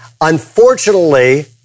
Unfortunately